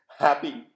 Happy